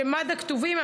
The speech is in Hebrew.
מד"א כתובים,